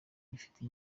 bifite